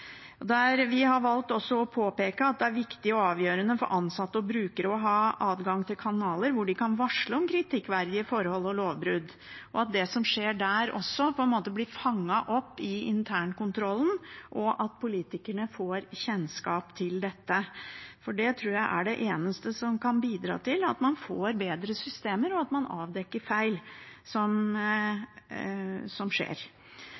og tillitsbasert måte. Vi har valgt å påpeke at det er viktig og avgjørende for ansatte og brukere å ha adgang til kanaler hvor de kan varsle om kritikkverdige forhold og lovbrudd, at det som skjer der, blir fanget opp av internkontrollen, og at politikerne får kjennskap til dette. Det tror jeg er det eneste som kan bidra til at man får bedre systemer, og at man avdekker feil som skjer.